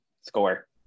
score